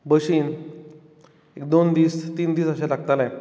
बशीन दोन दीस तीन दीस अशे लागताले